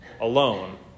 alone